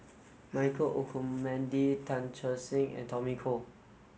Michael Olcomendy Tan Che Sang and Tommy Koh